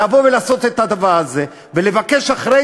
לבוא ולעשות את הדבר הזה ולבקש אחרי